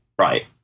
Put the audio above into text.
Right